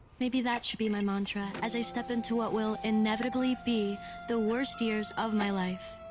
maybe that should be my mantra as i step into what will inevitably be the worst years of my life.